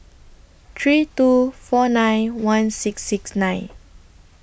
three two four nine one six six nine